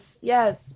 yes